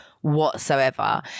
whatsoever